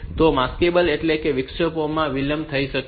તો માસ્કેબલ એટલે કે વિક્ષેપોમાં વિલંબ થઈ શકે છે